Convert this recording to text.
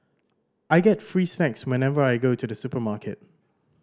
I get free snacks whenever I go to the supermarket